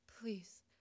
Please